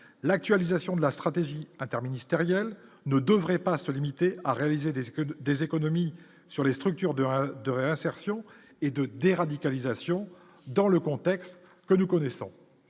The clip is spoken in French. l'actualisation de la stratégie interministérielle ne devrait pas se limiter à réaliser des Scud, des économies sur les structures de de réinsertion et de déradicalisation, dans le contexte que nous connaissons,